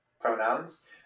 pronouns